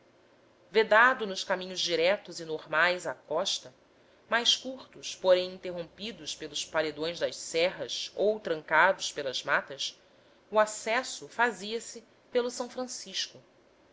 vedado nos caminhos direitos e normais à costa mais curtos porém interrompidos pelos paredões das serras ou trancados pelas matas o acesso fazia-se pelo s francisco